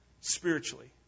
spiritually